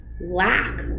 lack